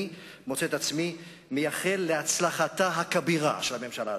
אני מוצא את עצמי מייחל להצלחתה הכבירה של הממשלה הזאת,